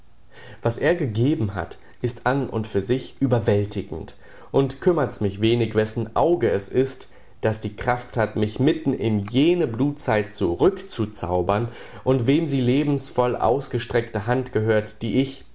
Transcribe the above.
was er gegeben hat ist an und für sich überwältigend und kümmert's mich wenig wessen auge es ist das die kraft hat mich mitten in jene blutzeit zurückzuzaubern und wem die lebensvoll ausgestreckte hand gehört die ich